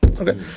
Okay